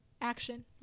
action